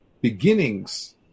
beginnings